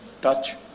touch